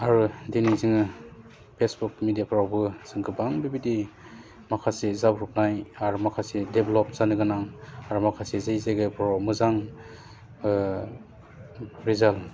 आरो दिनै जोङो फेसबुक मेदियाफ्रावबो जों गोबां बेबायदि माखासे जाब्रबनाय आरो माखासे देबलप्द जानो गोनां आरो माखासे जे जायगाफ्राव मोजां